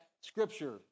scripture